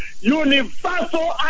universal